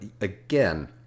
again